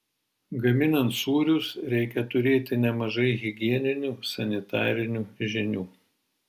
gaminant sūrius reikia turėti nemažai higieninių sanitarinių žinių